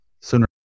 sooner